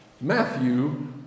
Matthew